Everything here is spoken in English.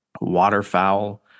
waterfowl